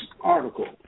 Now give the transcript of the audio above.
article